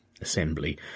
assembly